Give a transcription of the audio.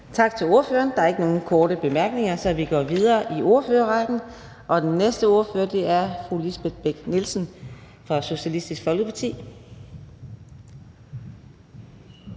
Tak til ordføreren. Der er ikke nogen korte bemærkninger, så vi går videre i ordførerrækken, og den næste ordfører er fru Lisbeth Bech-Nielsen fra Socialistisk Folkeparti.